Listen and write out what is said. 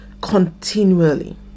continually